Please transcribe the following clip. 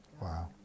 Wow